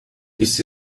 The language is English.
this